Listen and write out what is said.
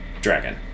dragon